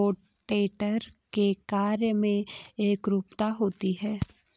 rotator के कार्य में एकरूपता होती है